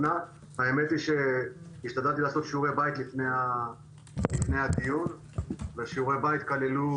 האמת היא שהשתדלתי לעשות שיעורי בית לפני הדיון ושיעורי הבית כללו